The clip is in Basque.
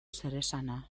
zeresana